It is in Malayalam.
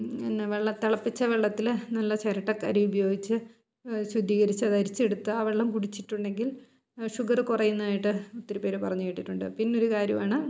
എന്നാ വെള്ളം തിളപ്പിച്ച വെള്ളത്തിൽ നല്ല ചിരട്ടക്കരി ഉപയോയിച്ച് ശുദ്ധീകരിച്ച് അത് അരിച്ചെടുത്ത് ആ വെള്ളം കുടിച്ചിട്ടുണ്ടെങ്കിൽ ഷുഗറ് കുറയുന്നതായിട്ട് ഒത്തിരി പേർ പറഞ്ഞു കേട്ടിട്ടുണ്ട് പിന്നൊരു കാര്യമാണ്